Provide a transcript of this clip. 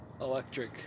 electric